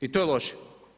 I to je loše.